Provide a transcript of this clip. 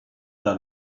era